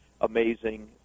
amazing